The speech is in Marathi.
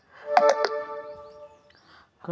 कर्जाची परत फेड केव्हा करुची?